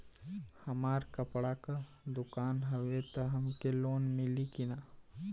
हमार कपड़ा क दुकान हउवे त हमके लोन मिली का?